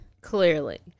clearly